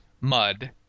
Mud